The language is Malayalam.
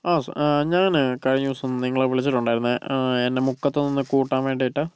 ആ സ ഞാൻ കഴിഞ്ഞ ദിവസം നിങ്ങളെ വിളിച്ചിട്ടുണ്ടായിരുന്നു എന്നെ മുക്കത്തു നിന്ന് കൂട്ടാൻ വേണ്ടിയിട്ട്